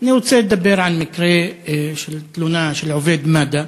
אני רוצה לדבר על מקרה של תלונה של עובד מד"א